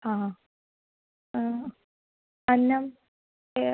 हा हा अन्नम् ए